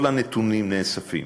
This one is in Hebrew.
כל הנתונים נאספים.